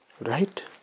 Right